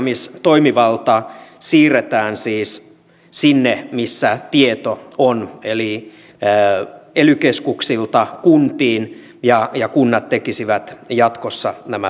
tässä poikkeamistoimivalta siirretään siis sinne missä tieto on eli ely keskuksilta kuntiin ja kunnat tekisivät jatkossa nämä päätökset